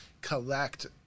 collect